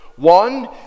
One